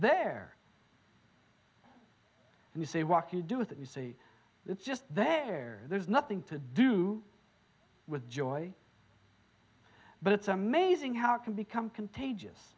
and you say walk you do with it you see it's just there there's nothing to do with joy but it's amazing how can become contagious